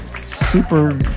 Super